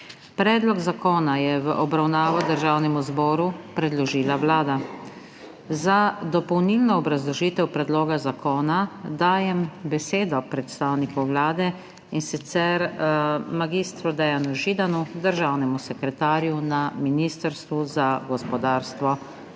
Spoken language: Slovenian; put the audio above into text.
Predlog zakona je v obravnavo Državnemu zboru predložila Vlada. Za dopolnilno obrazložitev predloga zakona dajem besedo predstavniku Vlade, in sicer mag. Dejanu Židanu, državnemu sekretarju na Ministrstvu za gospodarstvo,